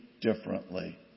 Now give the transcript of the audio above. differently